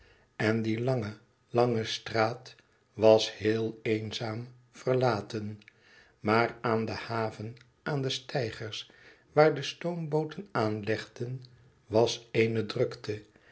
en die lange lange straat was heel eenzaam verlaten maar aan de haven aan de steigers waar stoombooten aanlegden was eene drukte